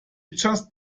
just